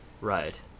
Right